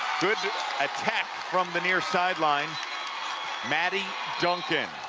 good attack from the near sideline maddy duncan